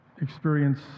experience